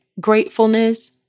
gratefulness